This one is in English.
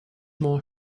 more